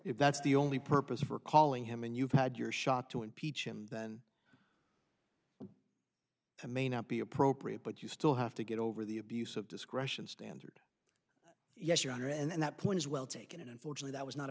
if that's the only purpose for calling him and you've had your shot to impeach him then you may not be appropriate but you still have to get over the abuse of discretion standard yes your honor and that point is well taken and unfortunate that was not